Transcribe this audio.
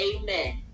amen